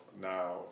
now